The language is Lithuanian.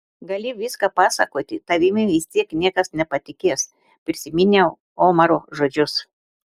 gali viską pasakoti tavimi vis tiek niekas nepatikės prisiminiau omaro žodžius